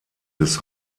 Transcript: des